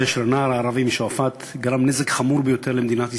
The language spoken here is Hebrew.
הנער הערבי משועפאט גרם נזק חמור ביותר למדינת ישראל,